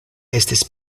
estis